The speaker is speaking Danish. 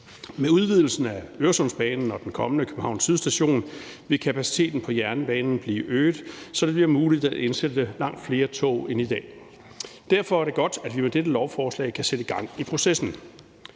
Med udvidelsen af Øresundsbanen og den kommende København Syd Station vil kapaciteten på jernbanen blive øget, så det bliver muligt at indsætte langt flere tog end i dag. Derfor er det godt, at vi med dette lovforslag kan sætte gang i processen.